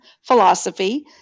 philosophy